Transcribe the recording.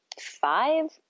five